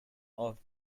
off